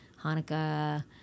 hanukkah